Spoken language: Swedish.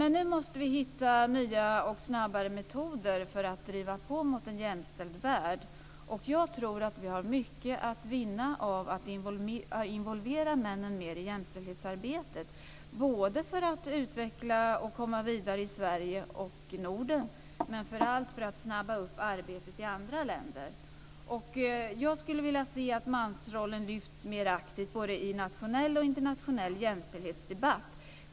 Nu måste vi hitta nya och snabbare metoder för att driva på mot en jämställd värld. Jag tror att vi har mycket att vinna på att involvera männen mer i jämställdhetsarbetet, både för att utveckla och komma vidare i Sverige och i Norden och framför allt för att snabba på arbetet i andra länder. Jag skulle vilja se att mansrollen lyfts mer aktivt både i nationell och i internationell jämställdhetsdebatt.